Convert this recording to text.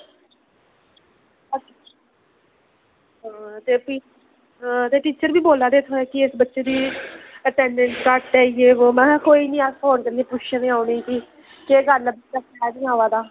हां ते फ्ही ते टीचर बी बोला दे हे कि इस बच्चे दी अटैंडेंस घट्ट ऐ यह वो महां कोई निं अस फोन करियै पुच्छने आं उ'नेंगी केह् गल्ल ऐ बच्चा कैंह् निं आवा दा